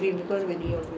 which I don't like